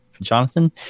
Jonathan